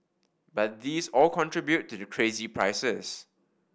but these all contribute to the crazy prices